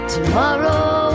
Tomorrow